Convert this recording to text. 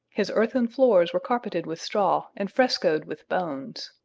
his earthen floors were carpeted with straw and frescoed with bones.